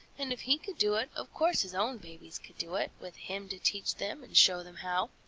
and if he could do it, of course his own babies could do it, with him to teach them and show them how.